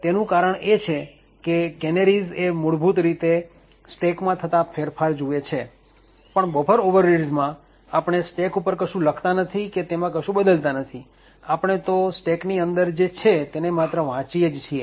તેનું કારણ એ છે કે કેનેરીઝ એ મૂળભૂત રીતે સ્ટેક માં થતા ફેરફાર જુએ છે અને બફર ઓવરરીડ્સ માં આપણે સ્ટેક ઉપર કશું લખતા નથી કે તેમાં કશું બદલતા નથી આપણે તો સ્ટેક ની અંદર જે છે તેને માત્ર વાંચીએ જ છીએ